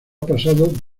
pasado